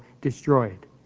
destroyed